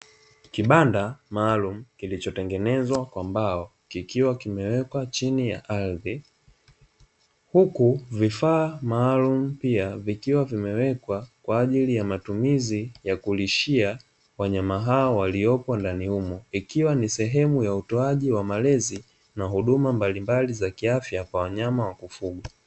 Kibanda maalumu kilichotengenezwa kwa mbao kikiwa kimewekwa chini ya ardhi, huku vifaa maalumu pia vikiwa vimewekwa kwa ajili ya matumizi ya kulishia wanyama hawa waliopo ndani humo, ikiwa ni sehemu ya utoaji wa malezi na huduma mbalimbali za kiafya kwa wanyawa wanaofugwa.